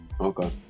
Okay